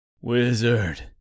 Wizard